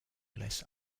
less